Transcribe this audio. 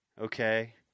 Okay